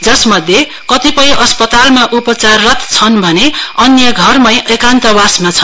जसमध्ये कतिपय अस्पतालमा उपचाररत छन् भने अन्य घरमै एकान्तवासमा छन्